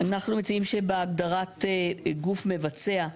אנחנו מציעים שבהגדרת גוף מבצע,